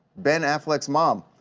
ben affleck's mom.